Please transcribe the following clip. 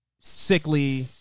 Sickly